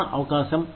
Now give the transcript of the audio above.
సమాన అవకాశం